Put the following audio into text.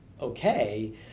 okay